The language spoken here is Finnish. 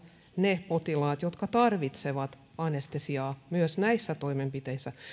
ne potilaat jotka tarvitsevat anestesiaa myös näissä toimenpiteissä